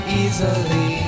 easily